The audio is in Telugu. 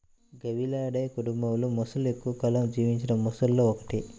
గవియాలిడే కుటుంబంలోమొసలి ఎక్కువ కాలం జీవించిన మొసళ్లలో ఒకటి